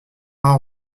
brun